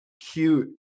cute